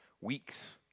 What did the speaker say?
weeks